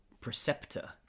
preceptor